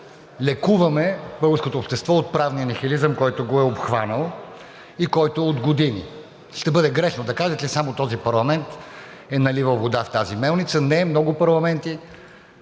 лекуваме българското общество от правния нихилизъм, който го е обхванал и който е от години. Ще бъде грешно да кажа, че само този парламент е наливал вода в тази мелница, не, много парламенти